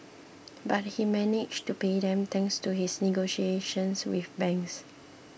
but he managed to pay them thanks to his negotiations with banks